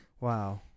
Wow